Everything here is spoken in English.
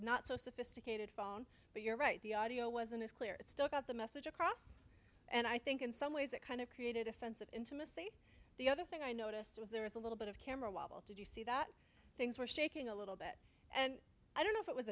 not so sophisticated phone but you're right the audio wasn't as clear it's still got the message across and i think in some ways it kind of created a sense of intimacy the other thing i noticed was there was a little bit of camera wobble did you see that things were shaking a little bit and i don't know if it was